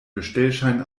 bestellschein